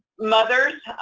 mothers,